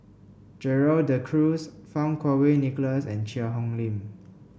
Gerald De Cruz Fang Kuo Wei Nicholas and Cheang Hong Lim